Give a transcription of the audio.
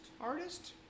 Artist